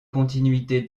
continuité